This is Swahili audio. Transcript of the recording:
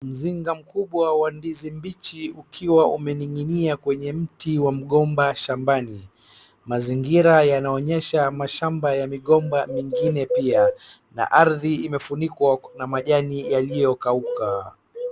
Mzinga mkubwa wa ndizi mbichi ukiwa umeninginia kwenye mti wa mgomba shambani. Mazingira yanaonyesha mashamba ya migomba mingine pia na ardhi imefunikwa na majani yaliyokauka.